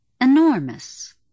Enormous